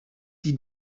die